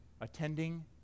attending